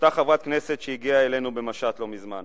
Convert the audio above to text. אותה חברת כנסת שהגיעה אלינו במשט לא מזמן.